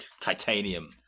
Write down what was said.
titanium